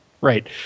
Right